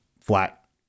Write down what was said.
flat